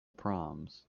proms